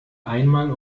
einmal